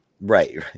right